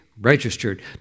registered